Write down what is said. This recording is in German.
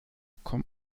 kommt